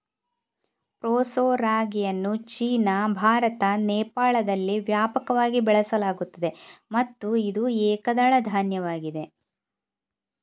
proso ರಾಗಿಯನ್ನು China, Bharat, ನೇಪಾಳದಲ್ಲಿ ವ್ಯಾಪಕವಾಗಿ ಬೆಳೆಸಲಾಗುತ್ತದೆ ಮತ್ತು ಇದು ಏಕದಳ ಧಾನ್ಯವಾಗಿದೆ